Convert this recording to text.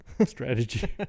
strategy